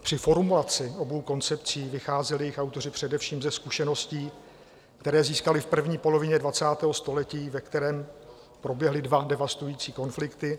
Při formulaci obou koncepcí vycházeli jejich autoři především ze zkušeností, které získali v první polovině 20. století, ve kterém proběhly dva devastující konflikty.